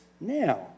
now